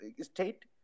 state